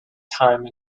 time